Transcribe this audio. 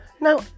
now